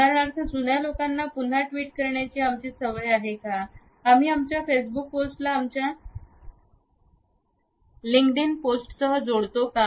उदाहरणार्थ जुन्या लोकांना पुन्हा ट्विट करण्याची आमची सवय आहे काय आम्ही आमच्या फेसबुक पोस्टला आमच्या लिंक्डइन पोस्टसह जोडतो का